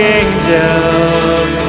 angels